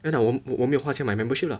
yeah lah 我没有花钱买 membership lah